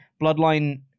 Bloodline